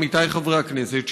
עמיתיי חברי הכנסת,